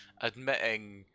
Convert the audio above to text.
admitting